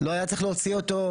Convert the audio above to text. לא היה צריך להוציא אותו,